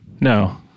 No